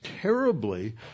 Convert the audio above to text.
terribly